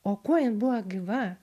o kuo jin buvo gyva